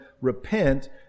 repent